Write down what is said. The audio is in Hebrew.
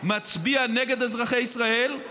מצביע נגד אזרחי ישראל,